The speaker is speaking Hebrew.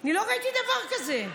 אני לא ראיתי דבר כזה.